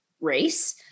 race